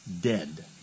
dead